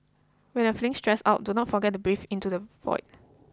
when you are feeling stressed out do not forget to breathe into the void